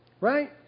Right